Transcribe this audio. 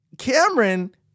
Cameron